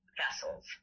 vessels